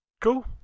Cool